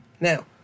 now